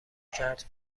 کرد